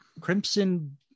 crimson